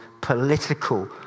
political